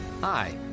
Hi